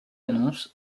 annonce